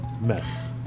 mess